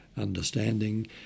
understanding